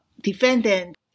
defendant